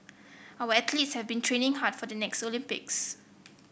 our athletes have been training hard for the next Olympics